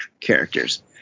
characters